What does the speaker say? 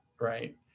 right